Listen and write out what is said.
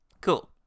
Cool